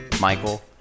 michael